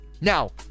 Now